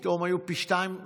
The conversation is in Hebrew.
פתאום היו פי שניים,